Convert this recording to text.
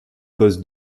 causes